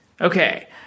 Okay